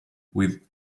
with